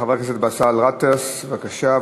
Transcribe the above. חבר הכנסת באסל גטאס, בבקשה.